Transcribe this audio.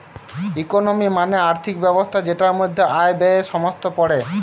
economy মানে আর্থিক ব্যবস্থা যেটার মধ্যে আয়, ব্যয়ে সমস্ত পড়ে